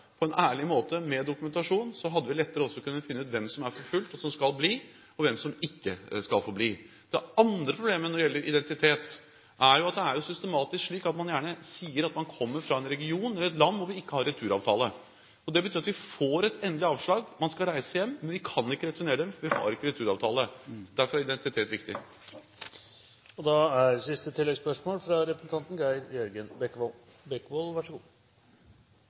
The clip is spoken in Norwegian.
på en ærlig måte, med dokumentasjon, hadde vi lettere også kunnet finne ut hvem som er forfulgt, og som skal bli, og hvem som ikke skal få bli. Det andre problemet når det gjelder identitet, er at det systematisk er slik at man gjerne sier at man kommer fra en region eller et land som vi ikke har returavtale med. Det betyr at man får et endelig avslag, man skal reise hjem, men vi kan ikke returnere dem, for vi har ikke returavtale. Derfor er identitet viktig.